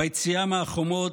ביציאה מהחומות,